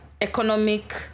economic